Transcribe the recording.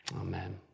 Amen